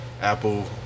Apple